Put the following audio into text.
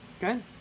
Good